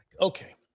Okay